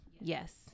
Yes